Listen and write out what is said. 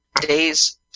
days